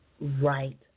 right